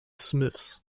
smiths